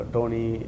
Tony